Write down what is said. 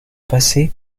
passé